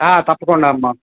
తప్పకుండా అమ్మ